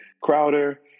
Crowder